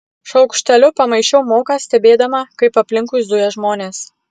šaukšteliu pamaišiau moką stebėdama kaip aplinkui zuja žmonės